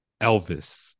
Elvis